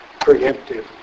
preemptive